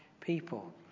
people